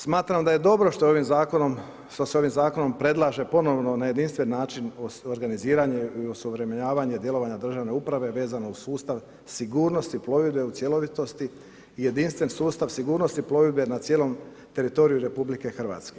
Smatram da je dobro što se ovim zakonom predlaže ponovni na jedinstven način organiziranje i osuvremenjavanje djelovanja države uprave vezano uz sustav sigurnosti plovidbe u cjelovitosti i jedinstven sustav sigurnosti plovidbe na cijelom teritoriju RH.